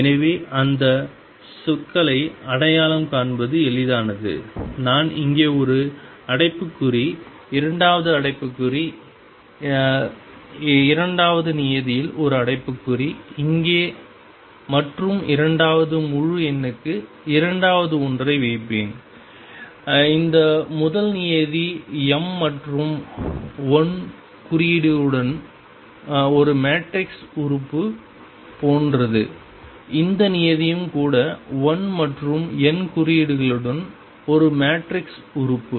எனவே அந்த சொற்களை அடையாளம் காண்பது எளிதானது நான் இங்கே ஒரு அடைப்புக்குறி இரண்டாவது அடைப்புக்குறி இரண்டாவது நியதியில் ஒரு அடைப்புக்குறி இங்கு மற்றும் இரண்டாவது முழு எண்ணுக்கு இரண்டாவது ஒன்றை வைப்பேன் இந்த முதல் நியதி m மற்றும் l குறியீடுகளுடன் ஒரு மேட்ரிக்ஸ் உறுப்பு போன்றது இந்த நியதியும் கூட l மற்றும் n குறியீடுகளுடன் ஒரு மேட்ரிக்ஸ் உறுப்பு